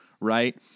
right